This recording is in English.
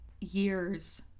years